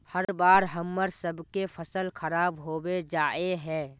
हर बार हम्मर सबके फसल खराब होबे जाए है?